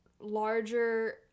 larger